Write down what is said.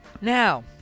now